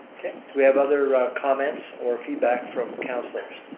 we have other comments or feedback from councilors?